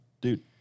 dude